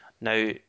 Now